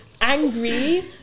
angry